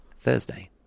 Thursday